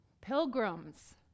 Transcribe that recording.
Pilgrims